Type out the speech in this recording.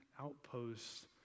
outposts